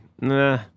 nah